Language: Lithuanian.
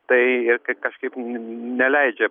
tai kai kažkaip neleidžia